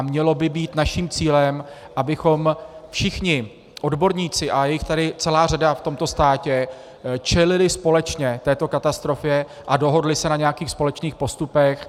Mělo by být naším cílem, abychom všichni odborníci, a je jich tady celá řada v tomto státě, čelili společně této katastrofě a dohodli se na nějakých společných postupech.